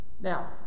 Now